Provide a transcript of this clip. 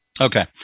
Okay